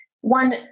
one